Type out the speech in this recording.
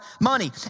money